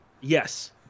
Yes